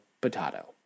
potato